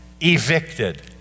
evicted